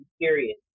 Period